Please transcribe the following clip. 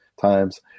times